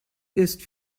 ist